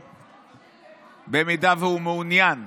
במידה שהוא מעוניין